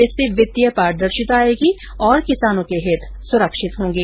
इससे वित्तीय पारदर्शिता आयेगी और किसानों के हित सुरक्षित होंगे